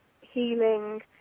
healing